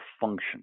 function